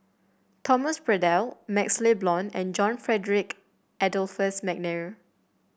Thomas Braddell MaxLe Blond and John Frederick Adolphus McNair